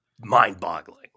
mind-boggling